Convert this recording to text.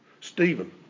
Stephen